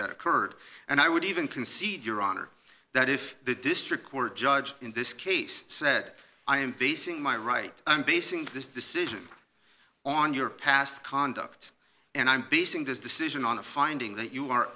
that occurred and i would even concede your honor that if the district court judge in this case said i am basing my right i'm basing this decision on your past conduct and i'm basing this decision on the finding that you are